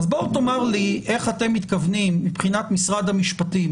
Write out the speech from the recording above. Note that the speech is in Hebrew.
בוא תאמר לי איך אתם מתכוונים מבחינת משרד המשפטים